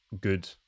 good